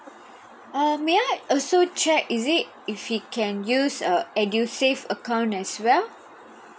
uh may I also check is it if he can use err edusave account as well